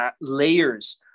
layers